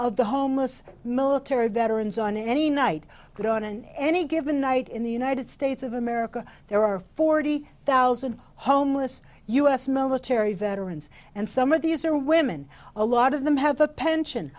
of the homeless military veterans on any night they don't in any given night in the united states of america there are forty thousand homeless u s military veterans and some of these are women a lot of them have a pension